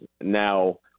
Now